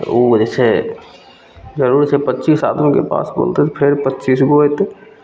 तऽ ओ जे छै जरूर जे छै पचीस आदमीके पास बोलतै फेर पचीस गो अएतै